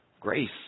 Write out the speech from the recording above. grace